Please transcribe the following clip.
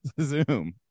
Zoom